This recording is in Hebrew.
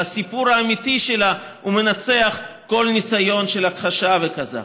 והסיפור האמיתי שלה מנצח כל ניסיון של הכחשה וכזב.